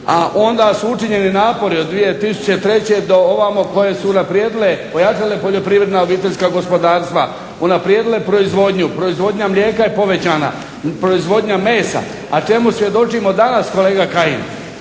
A onda su učinjeni napori od 2003. do ovamo koje su unaprijedile i ojačale poljoprivredna obiteljska gospodarstva, unaprijedile proizvodnju, proizvodnja mlijeka je povećana, proizvodnja mesa. A čemu svjedočimo danas kolega Kajin,